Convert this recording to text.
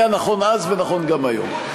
היה נכון אז ונכון גם היום.